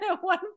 one